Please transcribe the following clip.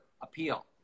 appeal